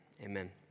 Amen